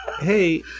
hey